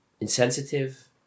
insensitive